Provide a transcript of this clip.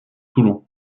toulon